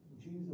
Jesus